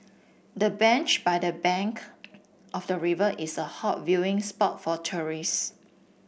the bench by the bank of the river is a hot viewing spot for tourist